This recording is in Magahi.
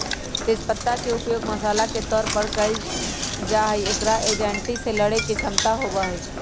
तेज पत्ता के उपयोग मसाला के तौर पर कइल जाहई, एकरा एंजायटी से लडड़े के क्षमता होबा हई